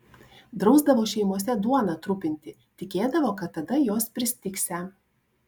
drausdavo šeimose duoną trupinti tikėdavo kad tada jos pristigsią